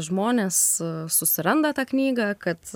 žmonės susiranda tą knygą kad